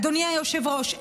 אדוני היושב-ראש,